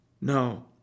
no